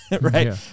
right